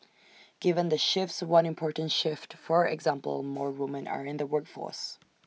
given the shifts one important shift for example more women are in the workforce